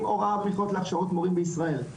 הוראה במכללות להכשרת מורים בישראל,